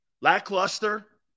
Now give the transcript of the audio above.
Lackluster